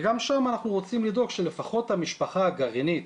גם שם אנחנו רוצים לדאוג שלפחות המשפחה הגרעינית,